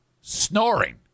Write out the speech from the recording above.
snoring